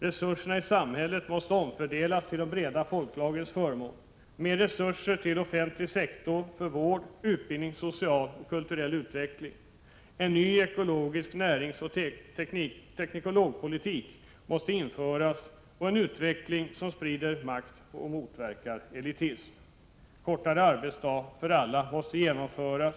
— Resurserna i samhället måste omfördelas till de breda folklagrens förmån. —- En ny ekologisk näringsoch teknologipolitik måste införas, och en utveckling som sprider makt och motverkar elitism måste inledas. —- Kortare arbetsdag för alla måste genomföras.